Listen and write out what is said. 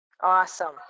awesome